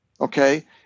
Okay